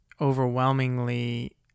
overwhelmingly